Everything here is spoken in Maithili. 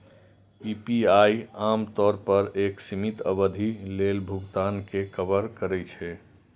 पी.पी.आई आम तौर पर एक सीमित अवधि लेल भुगतान कें कवर करै छै